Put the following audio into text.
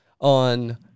on